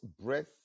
breath